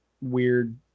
weird